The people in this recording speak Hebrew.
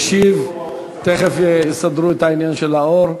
תכף יסדרו את העניין של האור.